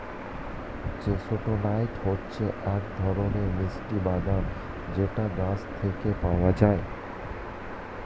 chestnut হচ্ছে এক ধরনের মিষ্টি বাদাম যেটা গাছ থেকে পাওয়া যায়